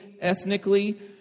ethnically